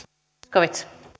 arvoisa rouva